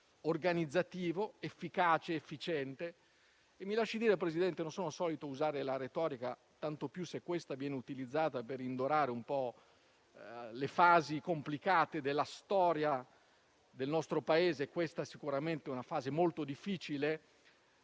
grazie a tutti